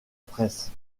presse